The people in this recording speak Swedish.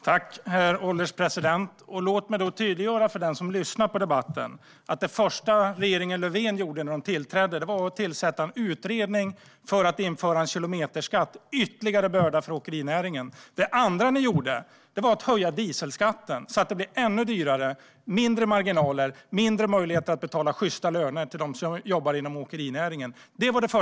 Herr ålderspresident! Låt mig tydliggöra för den som lyssnar på debatten att det första som regeringen Löfven gjorde när den tillträdde var att tillsätta en utredning för att införa en kilometerskatt som är en ytterligare börda för åkerinäringen. Det andra ni gjorde var att höja dieselskatten så att det blir ännu dyrare, blir mindre marginaler och mindre möjligheter att betala sjysta löner för dem som jobbar inom åkerinäringen.